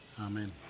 Amen